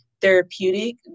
therapeutic